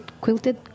Quilted